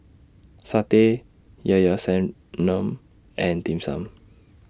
Satay Ilao Ilao Sanum and Dim Sum